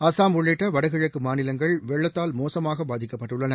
அசாம் உள்ளிட்ட வடகிழக்கு மாநிலங்கள் வெள்ளத்தால் மோசமாக பாதிக்கப்பட்டுள்ளன